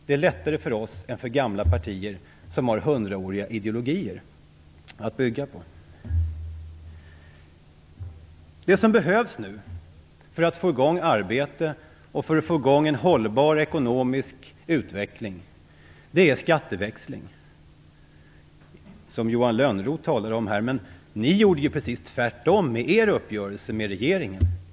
Det är lättare för oss än för gamla partier, som har 100-åriga ideologier att bygga på. Det som behövs nu för att få i gång arbete och för att få i gång en hållbar ekonomisk utveckling är skatteväxling. Johan Lönnroth talade om det, men Vänsterpartiet gjorde ju precis tvärtom i uppgörelsen med regeringen.